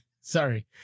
sorry